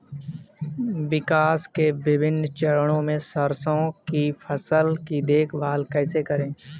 विकास के विभिन्न चरणों में सरसों की फसल की देखभाल कैसे करें?